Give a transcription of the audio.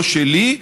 לא שלי,